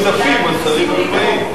שרים לא היו באים.